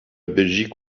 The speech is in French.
belgique